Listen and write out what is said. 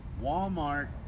Walmart